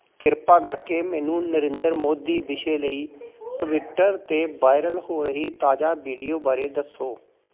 ਕਿਰਪਾ ਕਰਕੇ ਮੈਨੂੰ ਨਰਿੰਦਰ ਮੋਦੀ ਵਿਸ਼ੇ ਲਈ ਟਵਿੱਟਰ 'ਤੇ ਵਾਇਰਲ ਹੋ ਰਹੀ ਤਾਜ਼ਾ ਵੀਡੀਓ ਬਾਰੇ ਦੱਸੋ